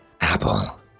Apple